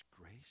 grace